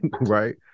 right